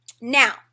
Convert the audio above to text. Now